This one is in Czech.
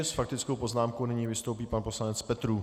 S faktickou poznámkou nyní vystoupí pan poslanec Petrů.